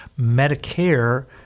Medicare